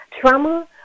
trauma